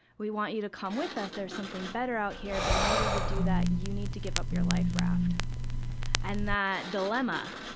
we want you to come with us, there's something better out here but in order to do that you need to give up your life raft' and that dilemma,